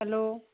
hello